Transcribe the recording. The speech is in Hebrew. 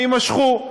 הם יימשכו,